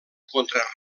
contra